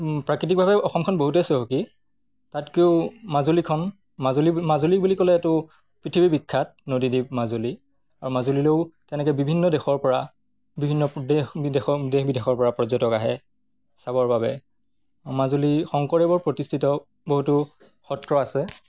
প্ৰাকৃতিকভাৱে অসমখন বহুতেই চহকী তাতকৈও মাজুলীখন মাজুলী মাজুলী বুলি ক'লেটো পৃথিৱীৰ বিখ্যাত নদী দ্বীপ মাজুলী আৰু মাজুলীলৈও তেনেকৈ বিভিন্ন দেশৰপৰা বিভিন্ন দেশ বিদেশ দেশ বিদেশৰপৰা পৰ্যটক আহে চাবৰ বাবে মাজুলী শংকৰদেৱৰ প্ৰতিষ্ঠিত বহুতো সত্ৰ আছে